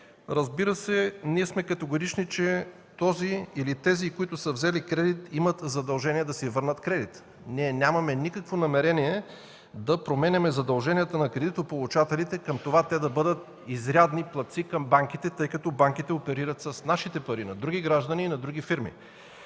Разбира се, ние сме категорични, че този или тези, които са взели кредит, имат задължение да го върнат. Ние нямаме никакво намерение да променяме задълженията на кредитополучателите към това да бъдат изрядни платци към банките, тъй като банките оперират с нашите пари, на други граждани и на други фирми.